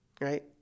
right